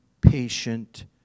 patient